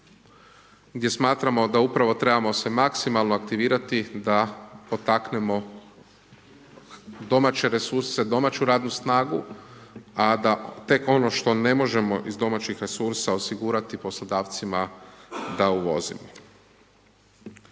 gdje smatramo da upravo trebamo se maksimalno aktivirati da potaknemo domaće resurse, domaću radnu snagu, a da tek ono što ne možemo iz domaćih resursa osigurati poslodavcima da uvozimo.